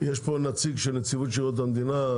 יש פה נציג של נציבות שירות המדינה,